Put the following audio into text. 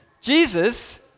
Jesus